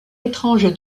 étrange